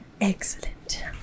Excellent